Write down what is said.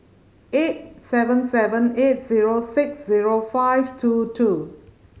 eight seven seven eight zero six zero five two two